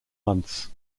months